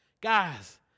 Guys